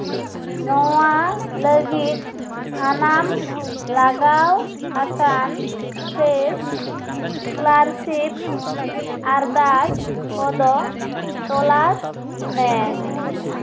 ᱱᱚᱣᱟ ᱞᱟᱹᱜᱤᱫ ᱥᱟᱱᱟᱢ ᱞᱟᱜᱟᱣ ᱟᱠᱟᱱ ᱯᱷᱨᱮᱥ ᱥᱠᱚᱞᱟᱨᱥᱤᱯ ᱟᱨᱫᱟᱥ ᱠᱚᱫᱚ ᱛᱚᱞᱟᱥ ᱢᱮ